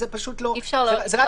זה רק יסבך.